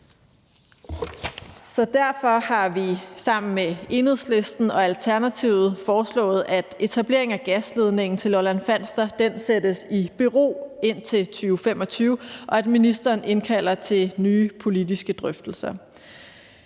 Derfor har vi sammen med Enhedslisten og Alternativet foreslået, at etableringen af gasledningen til Lolland-Falster sættes i bero indtil 2025, og at ministeren indkalder til nye politiske drøftelser.